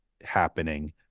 happening